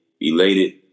elated